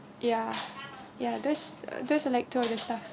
ya ya that's uh that's are like two of the stuff